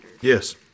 Yes